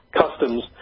customs